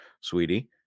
Sweetie